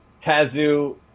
Tazu